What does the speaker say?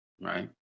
right